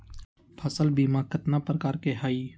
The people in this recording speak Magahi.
फसल बीमा कतना प्रकार के हई?